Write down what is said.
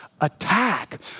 Attack